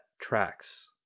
tracks